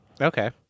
Okay